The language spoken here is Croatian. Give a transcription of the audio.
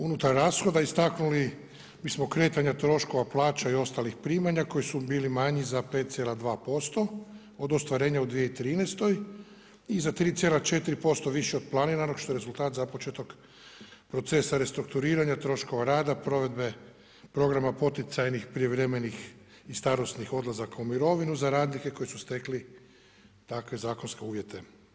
Unutar rashoda istaknuli mi smo kretanje troškova plaća i ostalih primanja, koji su bila manji za 5,2% od ostvarenja u 2013. i za 3,4% više od planiranog, što je rezultat započetog procesa restrukturiranja, troškova rada, provedbe programa poticanja prijevremenih i starosnih odlazaka u mirovinu, za radnike koji su stekli takve zakonske uvijete.